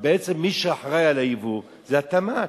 בעצם מי שאחראי על הייבוא הוא התמ"ת.